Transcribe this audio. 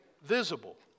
visible